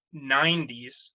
90s